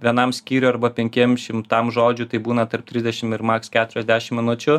vienam skyriui arba penkiem šimtam žodžių tai būna tarp trisdešim ir maks keturiasdešim minučių